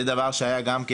זה דבר שהיה גם כן,